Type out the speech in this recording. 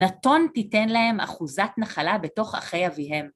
נתון תיתן להם אחוזת נחלה בתוך אחי אביהם.